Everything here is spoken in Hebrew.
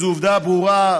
זאת עובדה ברורה,